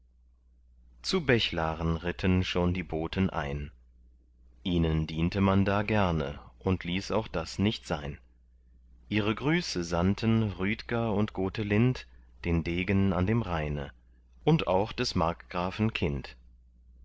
zu bechlaren ritten schon die boten ein ihnen diente man da gerne und ließ auch das nicht sein ihre grüße sandten rüdger und gotelind den degen an dem rheine und auch des markgrafen kind